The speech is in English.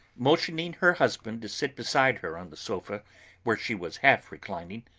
motioning her husband to sit beside her on the sofa where she was half reclining,